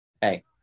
Hey